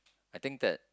I think that